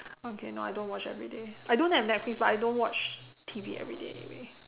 okay no I don't watch everyday I don't have netflix but I don't watch T_V everyday anyway